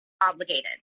obligated